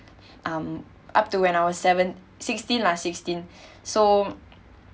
um up to when I was seven sixteen lah sixteen so